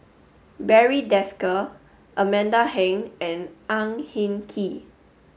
Barry Desker Amanda Heng and Ang Hin Kee